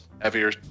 heavier